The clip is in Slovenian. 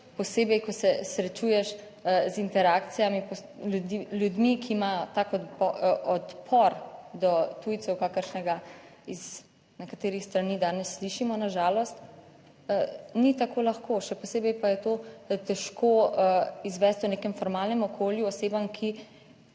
posebej ko se srečuješ z interakcijami, ljudmi ki imajo tak odpor do tujcev kakršnega iz nekaterih strani danes slišimo, na žalost, ni tako lahko, še posebej pa je to težko izvesti o nekem formalnem okolju osebam, ki